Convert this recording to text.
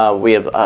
ah we have